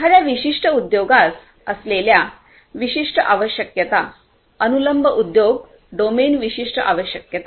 एखाद्या विशिष्ट उद्योगास असलेल्या विशिष्ट आवश्यकता अनुलंब उद्योग डोमेन विशिष्ट आवश्यकता